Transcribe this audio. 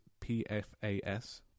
PFAS